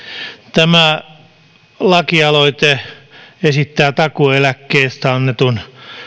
tämä lakialoite esittää takuu eläkkeestä annetun